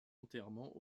enterrement